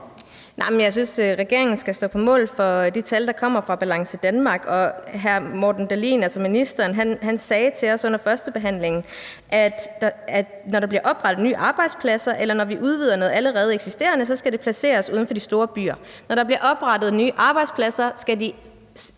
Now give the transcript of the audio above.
jeg synes, regeringen skal stå på mål for de tal, der kommer fra Balance Danmark. Og hr. Morten Dahlin, altså ministeren, sagde til os under førstebehandlingen, at når der bliver oprettet nye arbejdspladser, eller når vi udvider noget allerede eksisterende, skal det placeres uden for de store byer. Når der bliver oprettet nye arbejdspladser, skal de